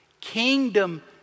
Kingdom